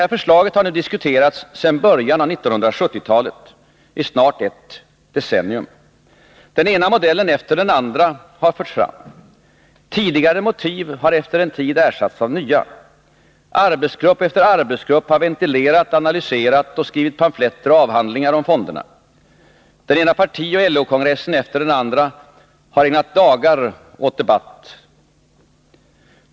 Fondförslaget har nu diskuterats sedan början av 1970-talet, i snart ett decennium. Den ena modellen efter den andra har förts fram. Tidigare motiv har efter en tid ersatts av nya. Arbetsgrupp efter arbetsgrupp har ventilerat, analyserat och skrivit pamfletter och avhandlingar om fonderna. Den ena partioch LO-kongressen efter den andra har ägnat dagar åt debatten.